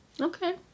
Okay